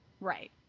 Right